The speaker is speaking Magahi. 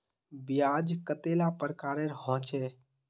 ब्याज कतेला प्रकारेर होचे?